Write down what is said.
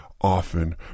Often